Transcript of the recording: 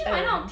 !aiyo!